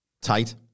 tight